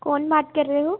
कौन बात कर रहे हो